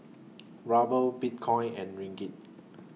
Ruble Bitcoin and Ringgit